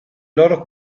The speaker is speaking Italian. loro